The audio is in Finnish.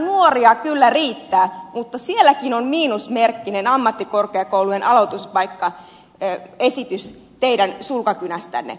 meillä nuoria kyllä riittää mutta sielläkin on miinusmerkkinen ammattikorkeakoulujen aloituspaikkaesitys teidän sulkakynästänne